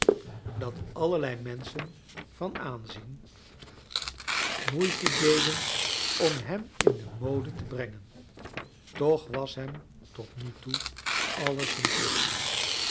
dat allerlei raenscben van aanzien moeite deden om hem in de mode te brengen toch was hem tot nu toe alles mislukt